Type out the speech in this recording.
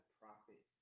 profit